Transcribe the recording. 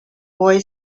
boy